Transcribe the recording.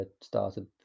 started